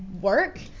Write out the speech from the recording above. work